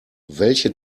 welche